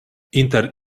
inter